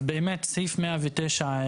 אז באמת סעיף 109א,